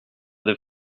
deux